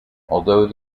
although